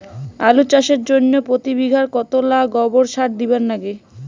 আলু চাষের জইন্যে প্রতি বিঘায় কতোলা গোবর সার দিবার লাগে?